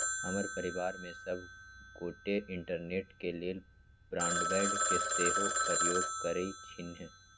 हमर परिवार में सभ गोटे इंटरनेट के लेल ब्रॉडबैंड के सेहो प्रयोग करइ छिन्ह